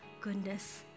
goodness